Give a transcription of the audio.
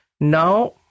Now